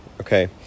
okay